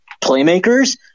playmakers